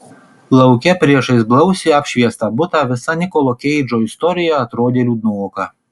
lauke priešais blausiai apšviestą butą visa nikolo keidžo istorija atrodė liūdnoka